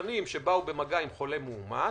שמחוסנים ובאו במגע עם חולה מאומת,